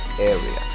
area